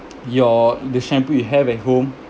your the shampoo you have at home